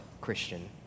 Christian